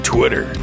Twitter